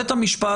בית המשפט,